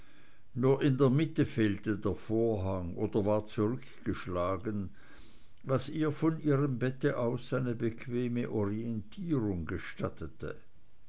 nur in der mitte fehlte der vorhang oder war zurückgeschlagen was ihr von ihrem bett aus eine bequeme orientierung gestattete